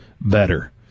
better